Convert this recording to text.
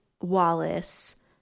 Wallace